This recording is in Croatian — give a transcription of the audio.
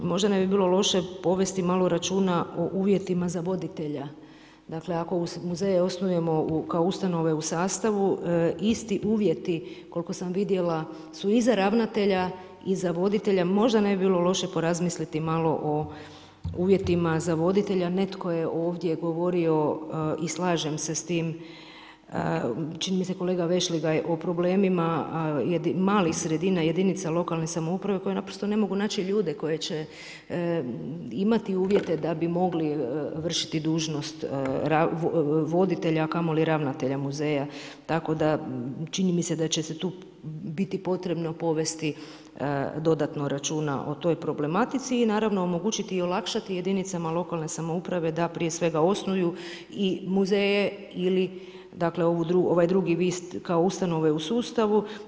Možda ne bi bilo loše povesti malo računa o uvjetima za voditelja, dakle ako uz muzeje osnuje kao ustanove u sastavu, isti uvjeti koliko sam vidjela su i za ravnatelja i za voditelja, možda ne bi bilo loše porazmisliti malo o uvjetima za voditelja, netko je ovdje govorio i slažem se s time, čini mi se kolega Vešligaj, o problemima malih sredina, jedinica lokalne samouprave koji naprosto ne mogu naći ljude koji će imati uvjete da bi mogli vršiti dužnost voditelja, a kamoli ravnatelja muzeja, tako da čini mi se da će se tu biti potrebno povesti dodatno računa o toj problematici i naravno omogućiti i olakšati jedinicama lokalne samouprave da prije svega osnuju muzeje ili ovaj drugi kao ustanove u sustavu.